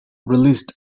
released